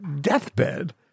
deathbed